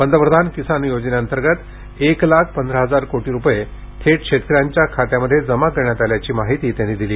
पंतप्रधान किसान योजनेअंतर्गत एक लाख पंधरा हजार कोटी रुपये थेट शेतकऱ्यांच्या खात्यामध्ये जमा करण्यात आल्याची माहिती त्यांनी दिली